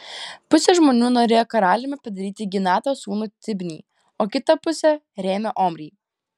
pusė žmonių norėjo karaliumi padaryti ginato sūnų tibnį o kita pusė rėmė omrį